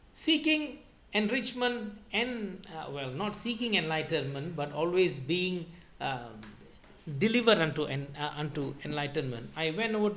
seeking enrichment and uh well not seeking enlightenment but always being um delivered unto and uh unto enlightenment I went